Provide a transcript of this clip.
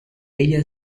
ella